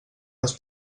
les